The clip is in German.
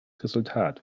resultat